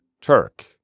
Turk